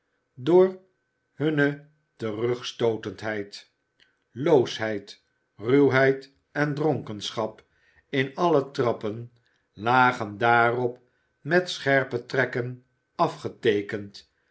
door hunne terugstootendheid loosheid ruwheid en dronkenschap in alle trappen lagen daarop met scherpe trekken afgeteekend